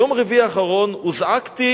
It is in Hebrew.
ביום רביעי האחרון הוזעקתי